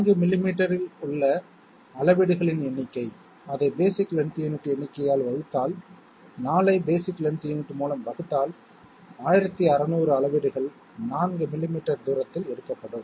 4 மில்லிமீட்டரில் உள்ள அளவீடுகளின் எண்ணிக்கை அதை பேஸிக் லென்த் யூனிட் எண்ணிக்கையால் வகுத்தால் 4ஐ பேஸிக் லென்த் யூனிட் மூலம் வகுத்தால் 1600 அளவீடுகள் 4 மில்லிமீட்டர் தூரத்தில் எடுக்கப்படும்